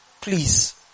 Please